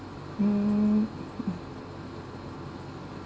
mm